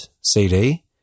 CD